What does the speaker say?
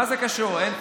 מה זה קשור עכשיו?